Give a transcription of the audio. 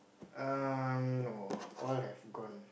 um no all have gone